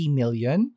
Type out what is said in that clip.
million